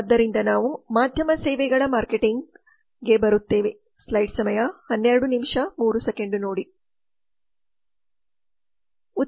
ಆದ್ದರಿಂದ ನಾವು ಮಾಧ್ಯಮ ಸೇವೆಗಳ ಮಾರ್ಕೆಟಿಂಗ್ ಮಾಧ್ಯಮ ಸೇವೆಗಳ ಮಾರ್ಕೆಟಿಂಗ್ಗೆ ಬರುತ್ತೇವೆ